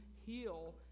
heal